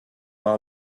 bar